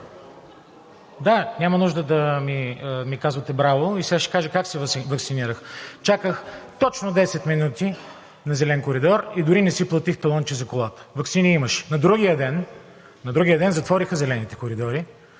Да, няма нужда да ми казвате: „Браво!“ И сега ще кажа как се ваксинирах. Чаках точно 10 минути на зелен коридор и дори не си платих талонче за колата. Ваксини имаше. На другия ден затвориха зелените коридори,